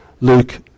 Luke